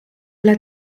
led